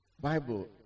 Bible